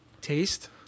taste